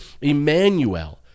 Emmanuel